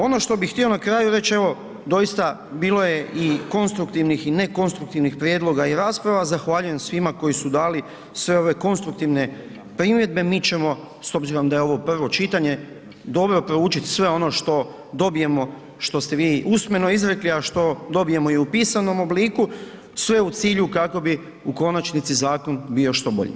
Ono što bi htio na kraju reć, evo doista bilo je i konstruktivnih i nekonstruktivnih prijedloga i rasprava, zahvaljujem svima koji su dali sve ove konstruktivne primjedbe, mi ćemo s obzirom da je ovo prvo čitanje, dobro proučit sve ono što dobijemo, što ste vi usmeno izrekli a što dobijemo i u pisanom obliku, sve u cilju kako bi u konačnici zakon bio što bolji.